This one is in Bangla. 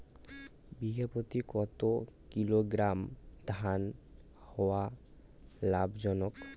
বিঘা প্রতি কতো কিলোগ্রাম ধান হওয়া লাভজনক?